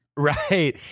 Right